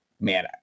man